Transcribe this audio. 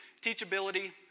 Teachability